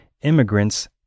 immigrants